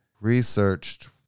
researched